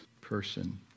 person